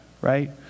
right